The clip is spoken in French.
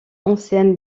enseigne